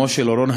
אמו של אורון,